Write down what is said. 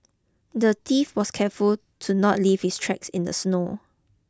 the thief was careful to not leave his tracks in the snow